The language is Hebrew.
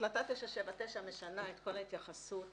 החלטה 979 משנה את כל ההתייחסות